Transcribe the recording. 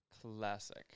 Classic